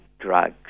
Drugs